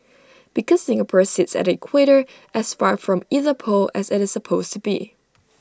because Singapore sits at the equator as far from either pole as IT is possible to be